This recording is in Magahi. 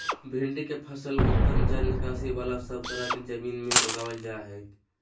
भिंडी के फसल उत्तम जल निकास बला सब तरह के जमीन में उगावल जा हई